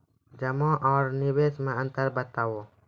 जमा आर निवेश मे अन्तर बताऊ?